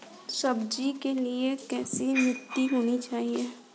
सब्जियों के लिए कैसी मिट्टी होनी चाहिए?